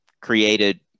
created